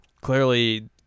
clearly